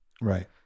Right